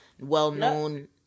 well-known